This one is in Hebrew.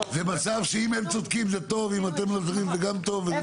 שאם הם צודקים זה טוב, אם אתם צודקים זה טוב.